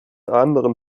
anderen